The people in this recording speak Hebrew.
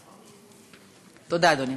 תודה, אדוני.